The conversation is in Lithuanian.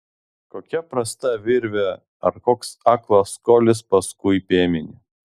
kokia prasta virvė ar koks aklas kolis paskui piemenį